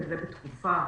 וזה בתקופה